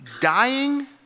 Dying